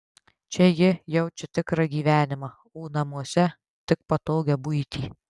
čia ji jaučia tikrą gyvenimą o namuose tik patogią buitį